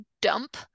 dump